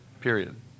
Period